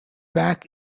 back